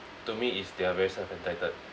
to me it's they're very self entitled